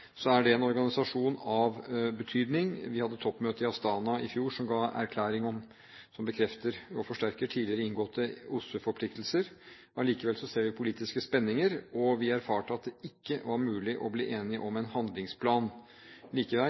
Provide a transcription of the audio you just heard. er det en organisasjon av betydning. Vi hadde et toppmøte i Astana i fjor, som ga en erklæring som bekrefter og forsterker tidligere inngåtte OSSE-forpliktelser. Allikevel ser vi politiske spenninger, og vi erfarte at det ikke var mulig å bli enig om en handlingsplan. Likevel